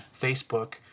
Facebook